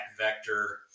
vector